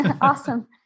Awesome